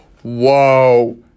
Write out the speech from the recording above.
Whoa